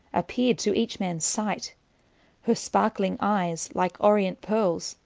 appeard to each man's sight her sparkling eyes, like orient pearles,